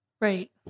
Right